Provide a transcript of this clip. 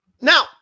Now